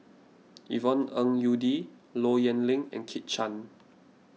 Yvonne Ng Uhde Low Yen Ling and Kit Chan